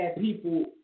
people